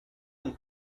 con